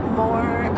more